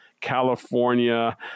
California